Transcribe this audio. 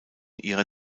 ihrer